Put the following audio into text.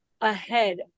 ahead